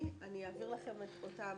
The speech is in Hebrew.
עם מוגבלות (כללים לזכאות להסעה לליווי ולארגון ההסעה),